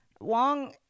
Wong